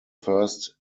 first